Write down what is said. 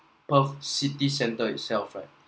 perth city centre itself right